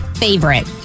favorite